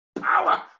power